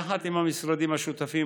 יחד עם המשרדים שותפים,